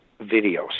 videos